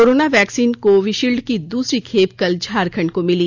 corona vaccine Covishield की दूसरी खेप कल झारखंड को मिली